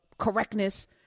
correctness